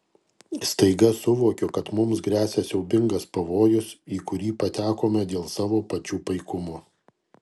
staiga suvokiu kad mums gresia siaubingas pavojus į kurį patekome dėl savo pačių paikumo